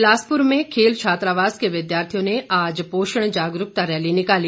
बिलासप्र में खेल छात्रावास के विद्यार्थियों ने आज पोषण जागरूकता रैली निकाली